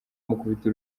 amukubita